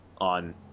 on